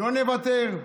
לא נוותר.